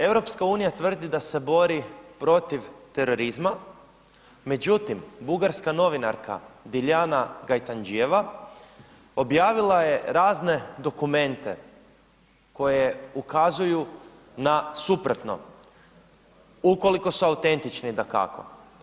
EU tvrdi da se bori protiv terorizma, međutim bugarska novinarka Dilijana Gajtandžijeva objavila je razne dokumente koje ukazuju na suprotno ukoliko su autentični dakako.